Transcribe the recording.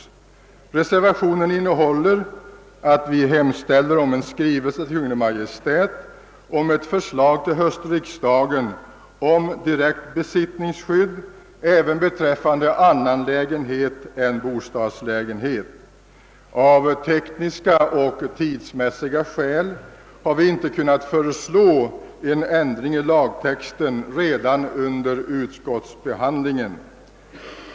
I reservationen hemställer vi om en skrivelse till Kungl. Maj:t om ett förslag till höstriksdagen om direkt besittningsskydd även beträffande annan lägenhet än bostadslägenhet. Av tekniska och tidsmässiga skäl har vi inte kunnat föreslå en ändring i lagtexten redan under utskottsbehandlingen.